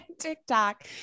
TikTok